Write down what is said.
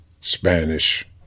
Spanish